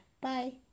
Bye